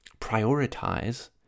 prioritize